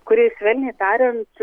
kuri švelniai tariant